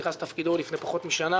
הוא נכנס לתפקידו לפני פחות משנה,